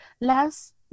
last